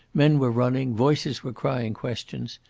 men were running, voices were crying questions.